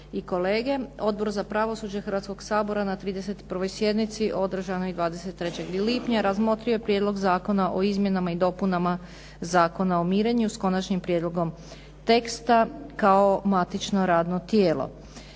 Odbor za pravosuđe Hrvatskog sabora na 31. sjednici održanoj 23. lipnja razmotrio je Prijedlog zakona o izmjenama i dopunama Zakona o mirenju s Konačnim prijedlogom teksta kao matično radno tijelo.